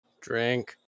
Drink